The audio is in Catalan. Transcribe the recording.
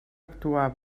actuar